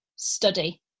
study